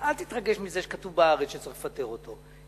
אל תתרגש מזה שכתוב ב"הארץ" שצריך לפטר אותו.